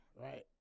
right